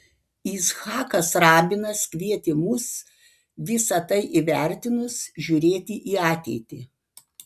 icchakas rabinas kvietė mus visa tai įvertinus žiūrėti į ateitį